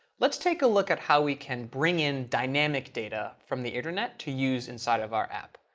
let's take a look at how we can bring in dynamic data from the internet to use inside of our app.